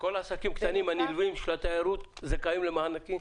כל העסקים הקטנים הנלווים של התיירות זכאים למענקים?